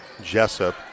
Jessup